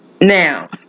Now